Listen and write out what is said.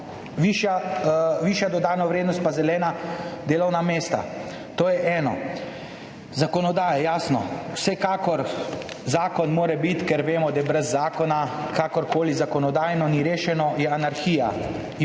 višja dodana vrednost in zelena delovna mesta, to je eno. Zakonodaja, jasno, vsekakor zakon mora biti, ker vemo, da je brez zakona, kakorkoli zakonodajno ni rešeno, je anarhija